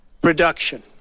production